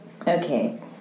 Okay